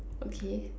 okay